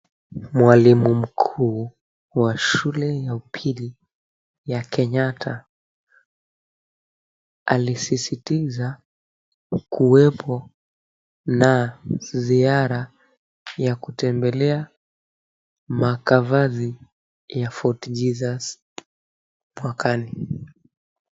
Mwalimu mkuu wa shule ya upili ya Kenyatta alisisitiza kuwepo na ziara ya kutembelea makavazi ya Fort Jesus mwakani.